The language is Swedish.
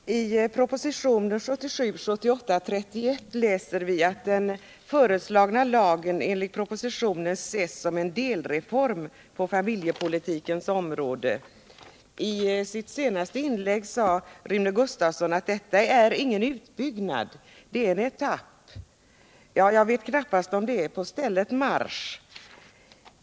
Herr talman! I arbetsmarknadsutskottets betänkande 1977/78:31 läser vi att den föreslagna lagen enligt propositionen ses som en delreform på familjepoliukens område. I sit senaste mlägg sade Rune Gustavsson an detta inte är någon utbyggnad — det är en etapp. Ja, jag vet knappast om det är på stället marsch.